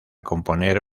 componer